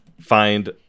find